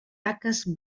taques